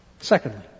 Secondly